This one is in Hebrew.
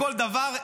בכל דבר,